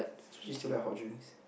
so she still likes hot drinks